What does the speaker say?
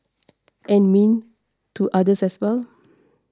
and mean to others as well